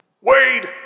Wade